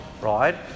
right